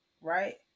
right